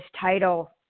title